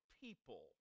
people